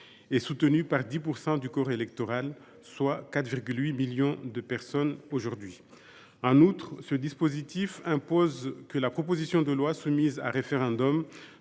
et soutenue par 10 % du corps électoral, soit 4,8 millions de personnes aujourd’hui. En outre, ce dispositif impose que la proposition de loi soumise au référendum